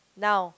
now